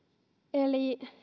eli